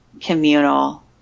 communal